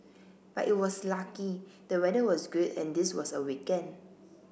but it was lucky the weather was good and this was a weekend